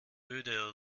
öde